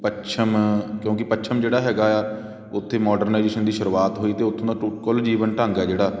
ਪੱਛਮ ਕਿਉਂਕਿ ਪੱਛਮ ਜਿਹੜਾ ਹੈਗਾ ਆ ਉੱਥੇ ਮੋਡਰਨਲਾਇਜੇਸ਼ਨ ਦੀ ਸ਼ੁਰੂਆਤ ਹੋਈ ਅਤੇ ਉੱਥੋਂ ਦਾ ਕੁੱਲ ਜੀਵਨ ਢੰਗ ਹੈ ਜਿਹੜਾ